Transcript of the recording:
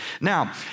Now